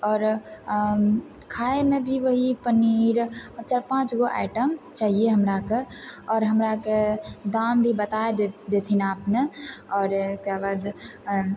आओर खाएमे भी वही पनीर चारि पाँच गो आइटम चाहिए हमराके आओर हमराके दाम भी बताए देथिन अपने आओर ओकरा बाद